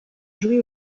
jouer